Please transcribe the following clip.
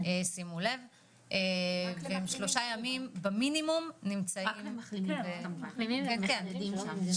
רק למחלימים --- מחוסנים ומחלימים.